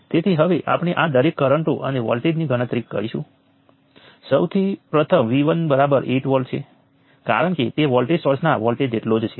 તેથી આ નોડ છોડતા કરંટોનો સરવાળો અન્ય સપાટી ઉપર પ્રવેશતા કરંટોના સરવાળા જેટલો જ છે